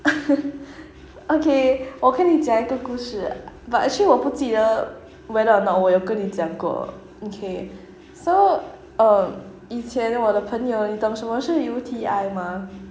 okay 我跟你讲一个故事 but actually 我不记得 whether or not 我有跟你讲过 okay so um 以前我的朋友你懂什么是 U_T_I 吗